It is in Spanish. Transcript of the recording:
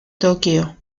tokio